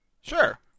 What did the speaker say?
Sure